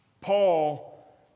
Paul